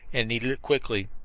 and needed it quickly.